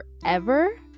forever